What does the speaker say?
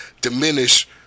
diminish